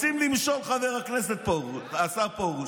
רוצים למשול, השר פרוש,